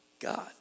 God